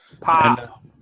Pop